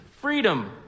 freedom